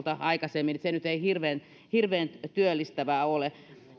aikaisemmin se nyt ei hirveän hirveän työllistävää ole